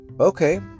okay